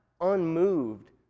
unmoved